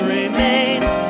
remains